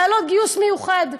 חיילות גיוס מיוחד,